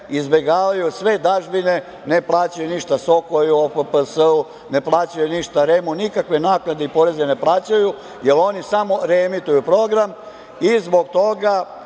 izbegavaju sve dažbine, ne plaćaju ništa Sokoj-u, OFPS-u, ne plaćaju ništa REM-u, nikakve naknade i poreze ne plaćaju, jer oni samo reemituju program i zbog toga